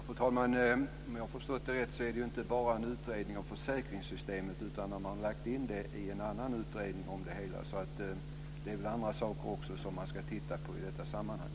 Fru talman! Såvitt jag har förstått är det inte bara fråga om en utredning om försäkringssystemet, utan detta har lagts in i en annan utredning på området. Man ska också titta på andra saker i detta sammanhang.